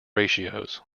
ratios